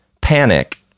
panic